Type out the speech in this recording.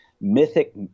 mythic